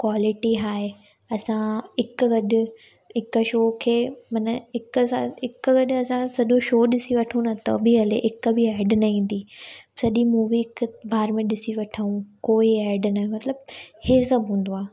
quality हाइ असां हिक गॾु हिक शो खे मना हिक सां हिक गॾु असां सॼो शो ॾिसी वठूं न त बि हले हिक बि एड न ईंदी सॼी मूवी हिक बार में ॾिसी वठूं कोई एड न मतिलबु हीअ सभु हूंदो आहे